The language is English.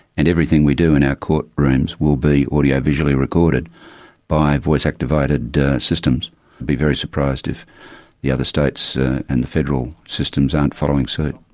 and everything we do in our courtrooms will be audio-visually recorded by voice-activated systems. i'll be very surprised if the other states and the federal systems aren't following suit.